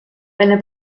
venne